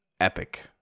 epic